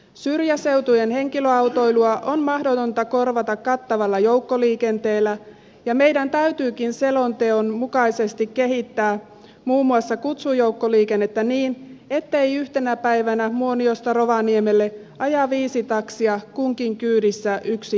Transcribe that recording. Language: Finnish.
syrjäseutujen henkilöautoilua on mahdotonta korvata kattavalla joukkoliikenteellä ja meidän täytyykin selonteon mukaisesti kehittää muun muassa kutsujoukkoliikennettä niin ettei yhtenä päivänä muoniosta rovaniemelle aja viisi taksia joista kunkin kyydissä yksi henkilö